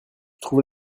trouve